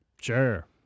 sure